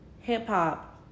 hip-hop